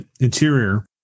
interior